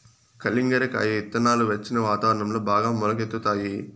కలింగర కాయ ఇత్తనాలు వెచ్చని వాతావరణంలో బాగా మొలకెత్తుతాయి